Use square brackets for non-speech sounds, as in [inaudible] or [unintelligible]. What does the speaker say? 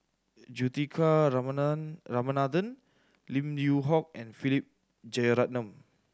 Juthika [unintelligible] Ramanathan Lim Yew Hock and Philip Jeyaretnam